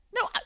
no